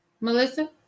Melissa